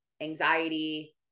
anxiety